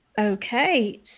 Okay